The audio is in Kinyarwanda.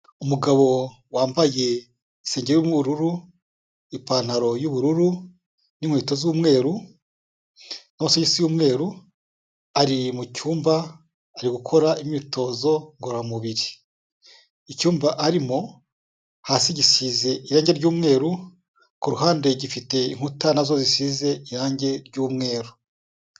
Umugabo wambaye isengeri irimo ubururu, ipantaro y'ubururu n'inkweto z'umweru, n'amasogosi y'umweru, ari mu cyumba ari gukora imyitozo ngororamubiri. Icyumba arimo hasi gisize irangi ry'umweru, ku ruhande gifite inkuta na zo zisize irangi ryumweru.